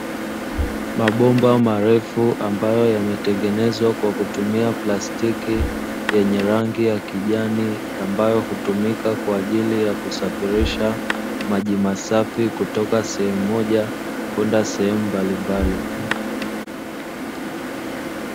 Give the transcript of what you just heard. Mabomba marefu ambayo yametengenezwa kwa kutumia plastiki yenye rangi ya kijani, ambayo hutumika kwa ajili ya kusafirisha maji masafi kutoka sehemu moja, kwenda sehemu mbalimbali.